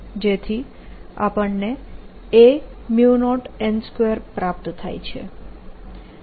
જેથી આપણને a0n2 પ્રાપ્ત થાય છે